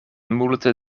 multe